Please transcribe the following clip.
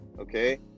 okay